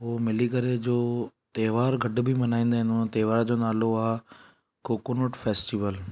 उहो मिली करे जो त्योहारु गॾु बि मल्हाईंदा आहिनि हुन त्योहारु जो नालो आहे कोकोनट फेस्टीवल